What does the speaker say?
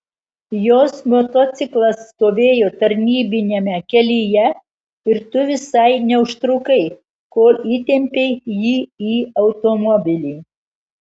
jos motociklas stovėjo tarnybiniame kelyje ir tu visai neužtrukai kol įtempei jį į automobilį